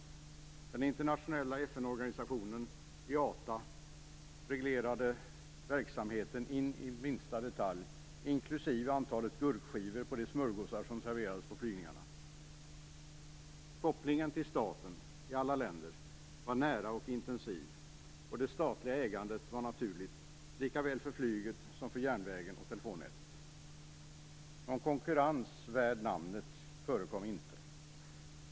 Den internationella FN-organisationen, IATA, reglerade verksamheten in i minsta detalj, inklusive antalet gurkskivor på de smörgåsar som serverades på flygningarna. Kopplingen till staten var i alla länder nära och intensiv. Det statliga ägandet var naturligt, lika väl för flyget som för järnvägen och telefonnätet. Någon konkurrens värd namnet förekom inte.